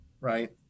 Right